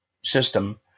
system –